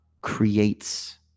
creates